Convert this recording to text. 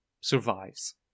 survives